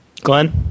Glenn